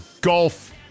golf